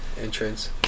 entrance